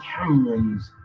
Cameron's